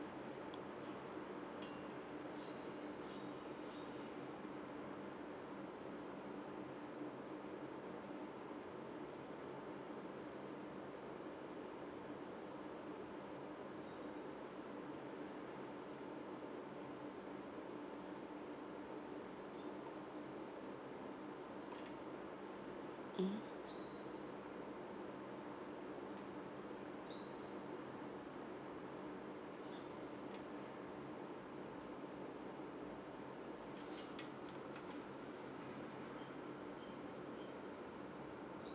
mm